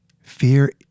Fear